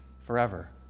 forever